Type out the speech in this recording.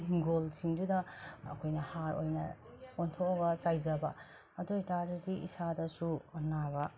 ꯍꯤꯡꯒꯣꯜꯁꯤꯡꯗꯨꯗ ꯑꯩꯈꯣꯏꯅ ꯍꯥꯔ ꯑꯣꯏꯅ ꯑꯣꯟꯊꯣꯛꯑꯒ ꯆꯥꯏꯖꯕ ꯑꯗꯨ ꯑꯣꯏꯇꯔꯗꯤ ꯏꯁꯥꯗꯁꯨ ꯑꯅꯥꯕ